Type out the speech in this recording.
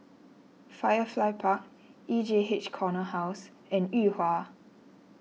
Firefly Park E J H Corner House and Yuhua